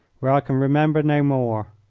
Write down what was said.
where i can remember no more.